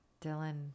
Dylan